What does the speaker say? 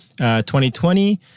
2020